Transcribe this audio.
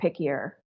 pickier